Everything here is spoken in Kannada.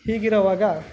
ಹೀಗಿರುವಾಗ